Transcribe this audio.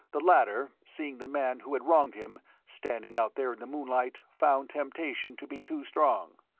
the latter, seeing the man who had wronged him, standing out there in the moonlight, found temptation to be too strong.